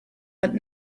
but